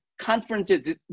conferences